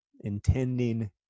Intending